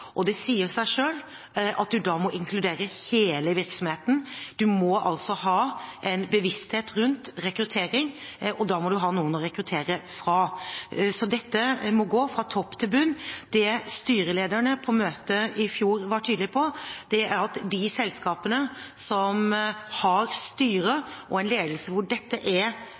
og det sier seg selv at en da må inkludere hele virksomheten, en må altså ha en bevissthet rundt rekruttering, og da må en ha noen å rekruttere fra. Så dette må gå fra topp til bunn. Det styrelederne på møtet i fjor var tydelige på, var at de selskapene som har et styre og en ledelse der dette er